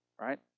right